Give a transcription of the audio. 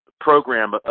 program